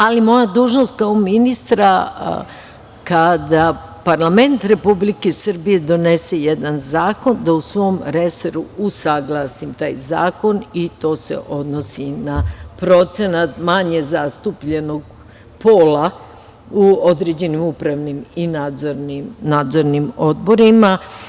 Ali moja dužnost, kao ministra, kada parlament Republike Srbije donese jedan zakon, da u svom resoru usaglasim taj zakon i to se odnosi na procenat manje zastupljenog pola u određenim upravnim i nadzornim odborima.